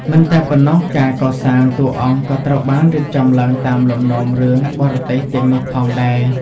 មិនតែប៉ុណ្ណោះ ការកសាងតួអង្គក៏ត្រូវបានរៀបចំឡើងតាមលំនាំរឿងបរទេសទាំងនោះផងដែរ។